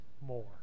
more